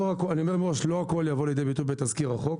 אני אומר מראש שלא הכול יבוא לידי ביטוי בתזכיר החוק.